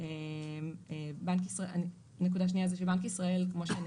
דברים --- איך זה